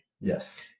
Yes